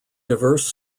diverse